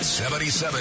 77